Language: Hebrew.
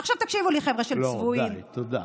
עכשיו תקשיבו לי, חבורה של צבועים, לא, די, תודה.